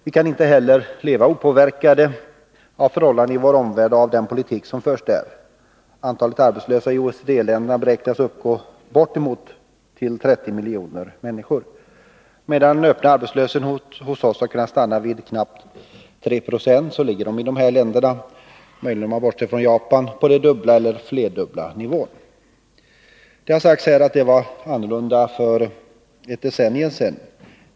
Vi kan inte heller leva opåverkade av förhållandena i vår omvärld och av den politik som förs där. Antalet arbetslösa i OECD-länderna beräknas uppgå till bortemot 30 miljoner människor. Medan den öppna arbetslösheten hososs har kunnat stanna vid knappt 3 26, ligger den i övriga OECD-länder — bortsett möjligen från Japan — på det dubbla eller flerdubbla. Det har sagts att det var annorlunda för ett decennium sedan.